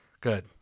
Good